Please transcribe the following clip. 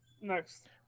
next